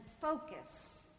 focus